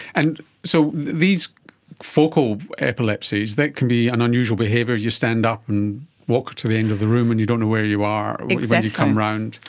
and so these focal epilepsies, they can be an unusual behaviour, you stand up and walk to the end of the room and you don't know where you are when you come round.